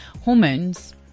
hormones